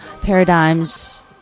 paradigms